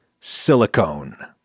silicone